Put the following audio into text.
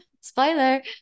Spoiler